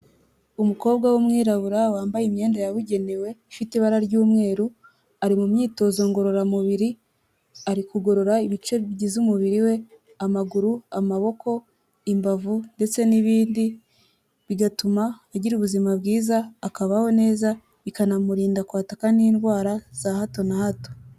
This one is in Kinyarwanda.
Umukobwa w'umwirabura wambaye imyenda yabugenewe ifite ibara ry'umweru, ari mu myitozo ngororamubiri ari kugorora ibice bigize umubiri we amaguru, amaboko, imbavu ndetse n'ibindi bigatuma agira ubuzima bwiza, akabaho neza, bikanamurinda kwataka n'indwara za hato na hato.